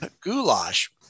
goulash